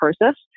process